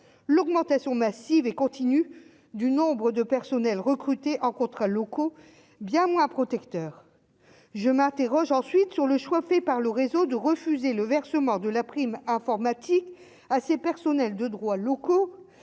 l'augmentation massive et continue du nombre de personnels recrutés en contrats locaux bien moins protecteur, je m'interroge ensuite sur le choix fait par le réseau de refuser le versement de la prime informatique à ses personnels de droit locaux